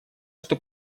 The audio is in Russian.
что